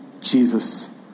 jesus